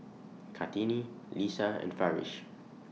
Kartini Lisa and Farish